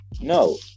No